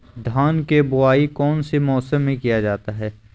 धान के बोआई कौन सी मौसम में किया जाता है?